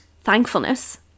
thankfulness